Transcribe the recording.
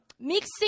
Mixing